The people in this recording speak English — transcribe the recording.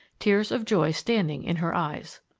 tears of joy standing in her eyes.